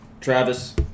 Travis